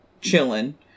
chilling